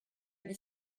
les